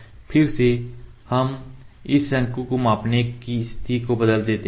फिर से हम इस शंकु को मापने के लिए स्थिति को बदल देंगे